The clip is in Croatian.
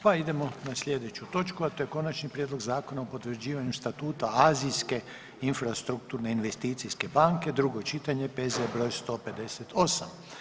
Pa idemo na slijedeću točku, a to je: - Konačni prijedlog zakona o potvrđivanju statuta Azijske infrastrukturne investicijske banke, drugo čitanje, P.Z. br. 158.